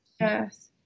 yes